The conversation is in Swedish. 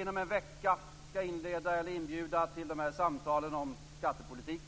inom en vecka skall inbjuda till samtalen om skattepolitik.